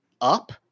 up